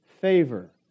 favor